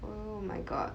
oh my god